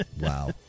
wow